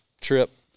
trip